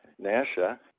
NASA